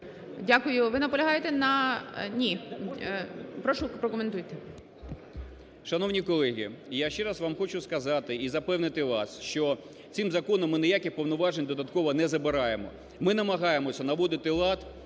Дякую. Ви наполягаєте на… Ні. Прошу, прокоментуйте.